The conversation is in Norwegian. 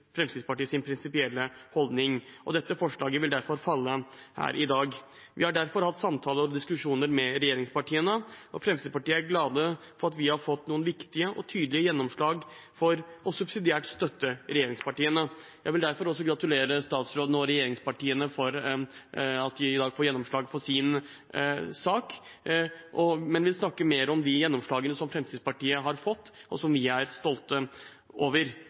prinsipielle holdning, og dette forslaget vil derfor falle her i dag. Vi har derfor hatt samtaler og diskusjoner med regjeringspartiene, og Fremskrittspartiet er glad for at vi har fått noen viktige og tydelige gjennomslag for subsidiært å støtte regjeringspartiene. Jeg vil derfor også gratulere statsråden og regjeringspartiene med at de i dag får gjennomslag for sin sak, men vil snakke mer om de gjennomslagene som Fremskrittspartiet har fått, og som vi er stolte